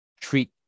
treat